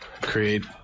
create